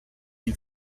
ihn